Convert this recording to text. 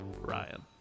Ryan